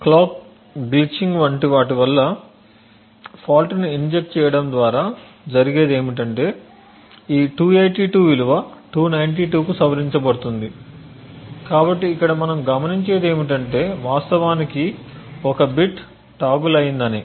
clock glitching వంటి వాటి వల్ల ఫాల్ట్ ని ఇంజెక్ట్ చేయటం ద్వారా జరిగేది ఏమిటంటే ఈ 282 విలువ 292 కు సవరించబడుతుంది కాబట్టి ఇక్కడ మనం గమనించేది ఏమిటంటే వాస్తవానికి ఒక బిట్ టోగుల్ అయ్యింది అని